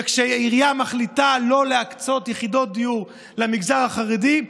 וכשעירייה מחליטה לא להקצות יחידות דיור למגזר החרדי,